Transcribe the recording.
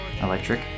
Electric